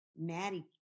Maddie